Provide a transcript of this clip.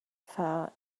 far